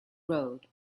road